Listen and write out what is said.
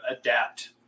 adapt